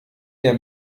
der